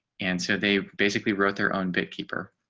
and so they basically wrote their own bookkeeper